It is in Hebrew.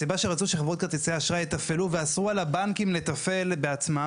הסיבה שרצו שחברות כרטיסי האשראי יתפעלו ואסרו על הבנקים לתפעל בעצמם,